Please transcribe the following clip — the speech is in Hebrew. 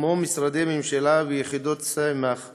כמו משרדי ממשלה ויחידות סמך אחרות,